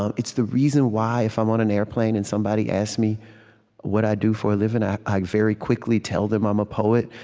um it's the reason why, if i'm on an airplane and somebody asks me what i do for a living, i ah very quickly tell them i'm a poet.